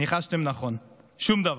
ניחשתם נכון, שום דבר.